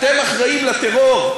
אתם אחראים לטרור.